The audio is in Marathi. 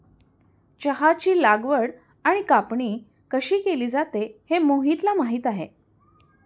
चहाची लागवड आणि कापणी कशी केली जाते हे मोहितला माहित आहे